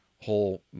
whole